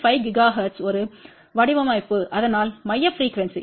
5 ஜிகாஹெர்ட்ஸில் ஒரு வடிவமைப்பு அதனால் மைய ப்ரிக்யூவென்ஸி